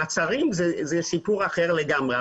מעצרים, זה סיפור אחר לגמרי.